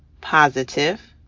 positive